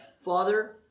Father